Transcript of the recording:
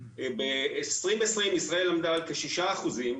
ב-2020 ישראל עמדה על כשישה אחוזים,